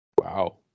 Wow